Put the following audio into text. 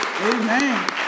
Amen